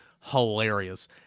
hilarious